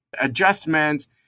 adjustments